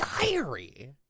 diary